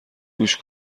گوش